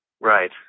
Right